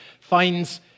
finds